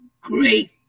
great